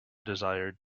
desired